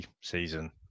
season